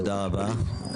תודה רבה.